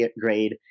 grade